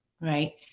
right